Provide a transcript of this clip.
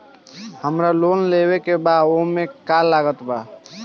हमरा लोन लेवे के बा ओमे का का लागत बा?